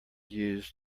used